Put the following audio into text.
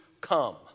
come